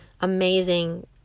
amazing